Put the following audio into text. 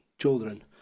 children